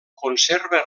conserva